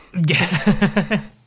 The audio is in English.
Yes